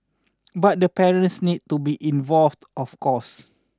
but the parents need to be involved of course